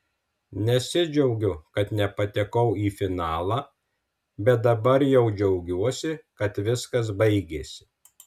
nesidžiaugiu kad nepatekau į finalą bet dabar jau džiaugiuosi kad viskas baigėsi